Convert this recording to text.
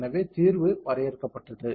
எனவே தீர்வு வரையறுக்கப்பட்டது